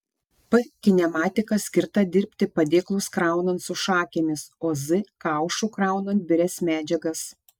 p kinematika skirta dirbti padėklus kraunant su šakėmis o z kaušu kraunant birias medžiagas